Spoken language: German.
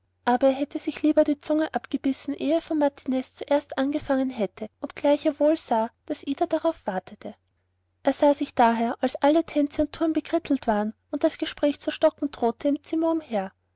aber er hätte sich lieber die zunge abgebissen ehe er von martiniz zuerst angefangen hätte obgleich er wohl sah daß ida darauf warte er sah sich daher als alle tänze und touren bekrittelt waren und das gespräch zu stocken drohte im zimmer umher